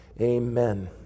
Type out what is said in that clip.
amen